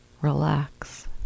Relax